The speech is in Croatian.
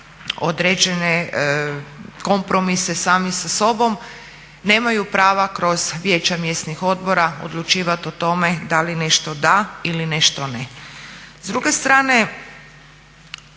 određene kompromise sami sa sobom, nemaju prava kroz vijeća mjesnih odbora odlučivat o tome da li nešto da ili nešto ne.